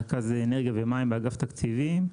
אני רכז אנרגיה ומים באגף תקציבים,